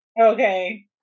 Okay